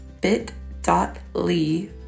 bit.ly